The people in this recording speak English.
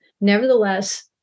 Nevertheless